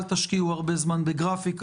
אל תשקיעו הרבה זמן בגרפיקה,